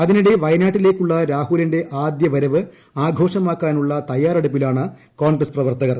അതിനിടെ വയനാട്ടിലേക്കുള്ള രാഹുലിന്റെ ആദ്യവരവ് ആഘോഷമാക്കാനുള്ള തയാറെടുപ്പിലാണു കോൺഗ്രസ് പ്രവർത്തകർ